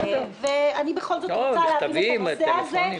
אני בכל זאת רוצה להבין את הנושא הזה,